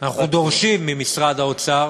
אנחנו דורשים ממשרד האוצר